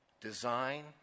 design